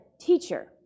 Teacher